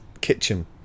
kitchen